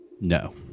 No